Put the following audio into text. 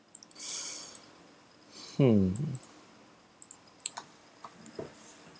hmm